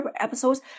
episodes